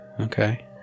Okay